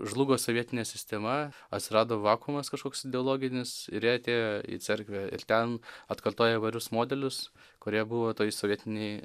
žlugo sovietinė sistema atsirado vakuumas kažkoks ideologinis ir jie atėjo į cerkvę ir ten atkartoja įvairius modelius kurie buvo toj sovietinėj